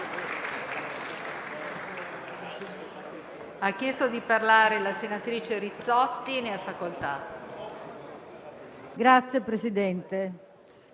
Grazie